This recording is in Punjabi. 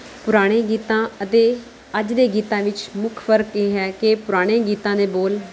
ਪੁਰਾਣੇ ਗੀਤਾਂ ਅਤੇ ਅੱਜ ਦੇ ਗੀਤਾਂ ਵਿੱਚ ਮੁੱਖ ਫ਼ਰਕ ਇਹ ਹੈ ਕਿ ਪੁਰਾਣੇ ਗੀਤਾਂ ਦੇ ਬੋਲ਼